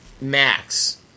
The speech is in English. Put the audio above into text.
max